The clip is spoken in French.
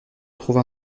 trouve